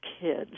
kids